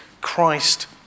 Christ